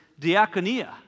diaconia